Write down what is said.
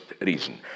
reason